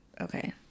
Okay